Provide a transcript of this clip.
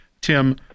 Tim